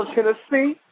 Tennessee